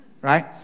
right